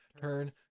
Turn